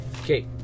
Okay